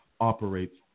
operates